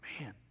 Man